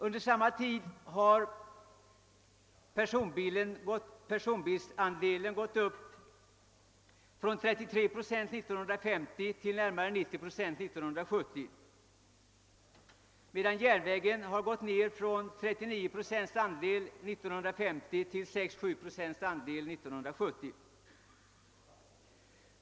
Under samma tid beräknas personbilsandelen öka från 33 procent år 1950 till närmare 90 procent år 1970, medan järnvägens andel går ned från 33 procent 1950 till 6-7 procent 1970.